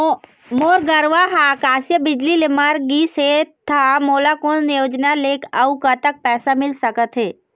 मोर गरवा हा आकसीय बिजली ले मर गिस हे था मोला कोन योजना ले अऊ कतक पैसा मिल सका थे?